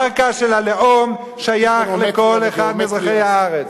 קרקע של הלאום שייכת לכל אחד מאזרחי הארץ.